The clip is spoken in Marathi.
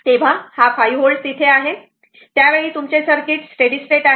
तर हा 5 व्होल्ट तेथे आहे आणि त्या वेळी तुमचे सर्किट स्टेडी स्टेट आहे